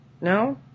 No